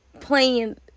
playing